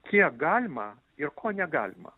kiek galima ir ko negalima